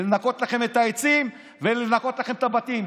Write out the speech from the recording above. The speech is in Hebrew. לנקות לכם את העצים ולנקות לכם את הבתים.